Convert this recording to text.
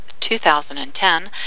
2010